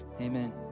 amen